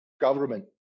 government